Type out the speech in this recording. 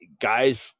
guys